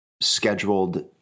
scheduled